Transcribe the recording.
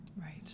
right